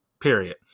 Period